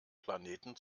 planeten